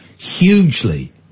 hugely